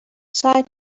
سعی